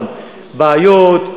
בעיות,